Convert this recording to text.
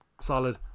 solid